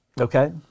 okay